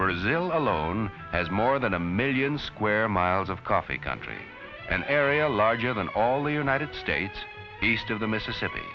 brazil alone has more than a million square miles of coffee country an area larger than all the united states east of the mississippi